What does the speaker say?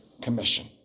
commission